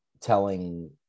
telling